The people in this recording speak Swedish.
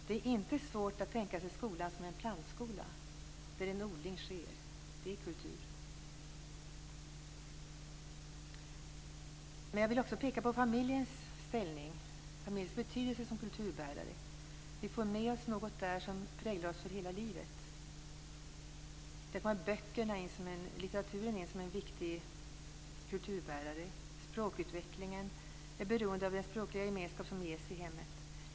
Det är inte svårt att tänka sig skolan som en plantskola där en odling sker. Det är kultur. Jag vill också peka på familjens betydelse som kulturbärare. Vi får med oss något där som präglar oss hela livet. Litteraturen är en viktig kulturbärare. Språkutvecklingen är beroende av den språkliga gemenskap som ges i hemmet.